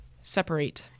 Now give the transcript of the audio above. separate